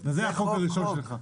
זה החוק הראשון שלך.